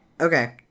Okay